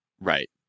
Right